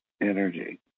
energy